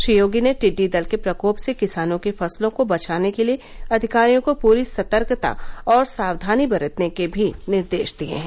श्री योगी ने टिड्डी दल के प्रकोप से किसानों की फसलों को बचाने के लिए अधिकारियों को पूरी सतर्कता और साक्वानी बरतने के भी निर्देश दिए हैं